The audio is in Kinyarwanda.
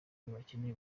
bakeneye